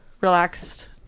relaxed